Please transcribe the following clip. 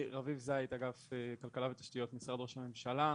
רביב זית, אגף כלכלה ותשתיות, משרד ראש הממשלה.